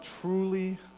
truly